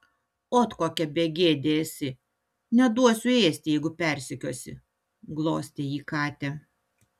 ot kokia begėdė esi neduosiu ėsti jeigu persekiosi glostė ji katę